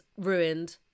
ruined